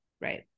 Right